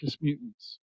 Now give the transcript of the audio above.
mutants